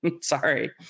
Sorry